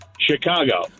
Chicago